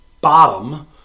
bottom